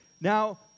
Now